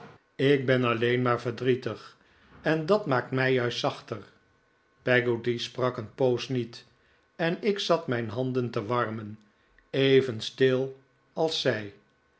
ik ben alleen maar verdrietig en dat maakt mij juist zachter peggotty sprak een poos niet en ik zat mijn handen te warmen even stil als zij